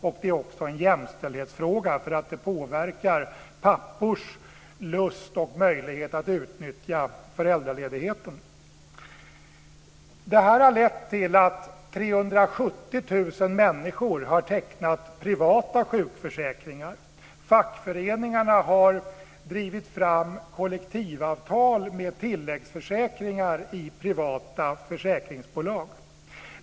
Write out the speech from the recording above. Det är också en jämställdhetsfråga, dvs. det påverkar pappors lust och möjlighet att utnyttja föräldraledigheten. Det här har lett till att 370 000 människor har tecknat privata sjukförsäkringar. Fackföreningarna har drivit fram kollektivavtal med tilläggsförsäkringar i privata försäkringsbolag.